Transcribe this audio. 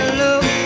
look